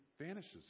vanishes